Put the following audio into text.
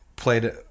played